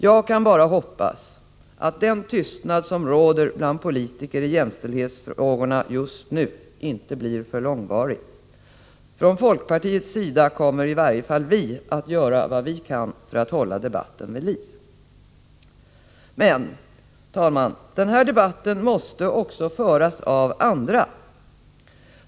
Jag kan bara hoppas att den tystnad som just nu råder bland politiska debattörer i jämställdhetsfrågorna inte blir långvarig. Vi kommer från folkpartiets sida i varje fall att göra vad vi kan för att hålla debatten vid liv. Men, herr talman, debatten måste också föras av andra.